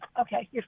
Okay